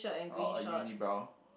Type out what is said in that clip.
oh a unibrow